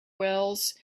wells